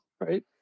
right